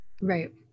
right